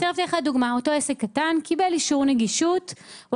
קטן קיבל אישור נגישות.